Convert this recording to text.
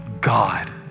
God